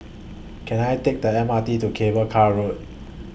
Can I Take The M R T to Cable Car Road